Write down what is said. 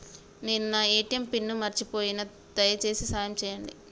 నేను నా ATM pin మర్చిపోయిన, దయచేసి సాయం చేయండి